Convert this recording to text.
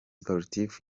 sportifs